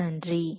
மிக்க நன்றி